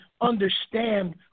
understand